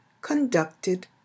conducted